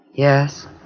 Yes